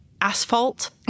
asphalt